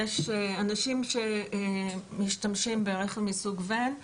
יש אנשים שמשתמשים ברכב מסוג וואן,